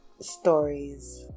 stories